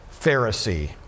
Pharisee